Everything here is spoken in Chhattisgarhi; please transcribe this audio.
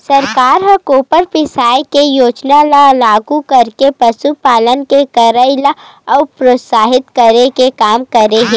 सरकार ह गोबर बिसाये के योजना ल लागू करके पसुपालन के करई ल अउ प्रोत्साहित करे के काम करे हे